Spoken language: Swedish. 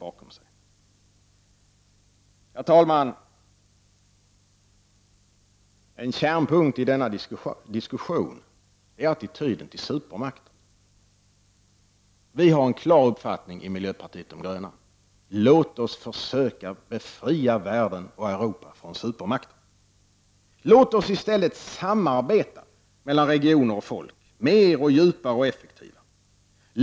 Herr talman! En kärnpunkt i denna diskussion är attityden till supermakterna. I miljöpartiet de gröna har vi en klar uppfattning. Låt oss försöka befria världen och Europa från supermakterna. Låt oss i stället samarbeta, regioner och folk, mer, djupare och effektivare.